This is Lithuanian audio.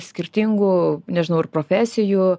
skirtingų nežinau ir profesijų